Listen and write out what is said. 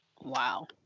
Wow